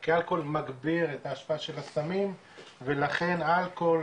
כי אלכוהול מגביר את ההשפעה של הסמים ולכן אלכוהול